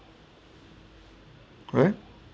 what